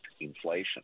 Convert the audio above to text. inflation